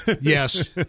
Yes